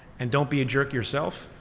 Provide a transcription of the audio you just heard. and don't be a jerk yourself.